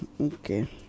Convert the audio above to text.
okay